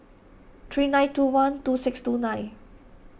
three nine two one two six two nine